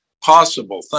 possible